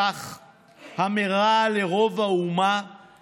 הצעת חוק התפזרות הכנסת עניינה הוא